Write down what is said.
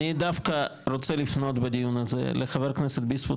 אני דווקא רוצה לפנות בדיון הזה לחבר הכנסת ביסמוט,